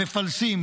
מפלסים,